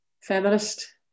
feminist